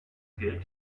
geld